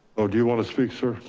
oh, do you want to speak, sir?